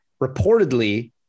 Reportedly